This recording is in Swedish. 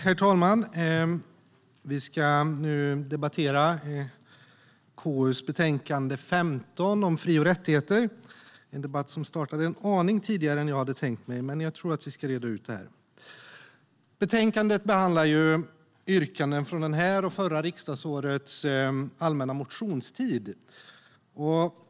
Herr talman! Vi ska nu debattera KU:s betänkande 15 om fri och rättigheter. Betänkandet behandlar yrkanden från det här årets och förra riksdagsårets allmänna motionstid.